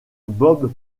bob